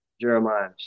Jeremiah